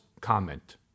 comment